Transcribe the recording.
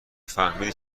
فهمیدی